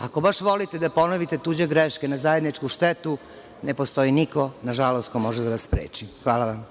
ako baš volite da ponovite tuđe greške na zajedničku štetu, ne postoji niko na žalost ko može da vas spreči. Hvala vam.